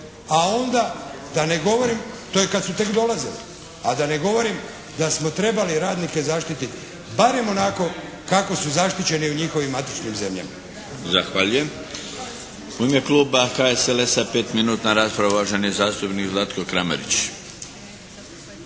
a onda da ne govorim, to je kad su tek dolazili, a da ne govorim da smo trebali radnike zaštititi barem onako kako su zaštićeni u njihovim matičnim zemljama. **Milinović, Darko (HDZ)** Zahvaljujem. U ime kluba HSLS-a, 5 minutna rasprava, uvaženi zastupnik Zlatko Kramarić.